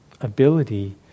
ability